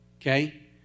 okay